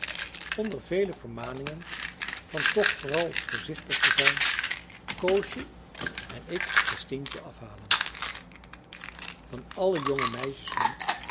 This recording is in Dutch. onder vele vermaningen van toch vooral voorzichtig te zijn koosje en ik christientje afhalen van alle jonge meisjes nu